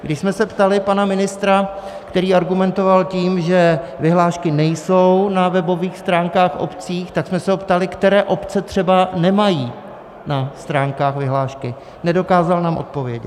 Když jsme se ptali pana ministra, který argumentoval tím, že vyhlášky nejsou na webových stránkách obcí, tak jsme se ho ptali, které obce třeba nemají na stránkách vyhlášky, nedokázal nám odpovědět.